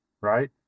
Right